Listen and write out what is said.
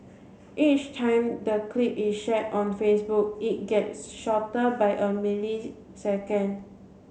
each time the clip is shared on Facebook it gets shorter by a millisecond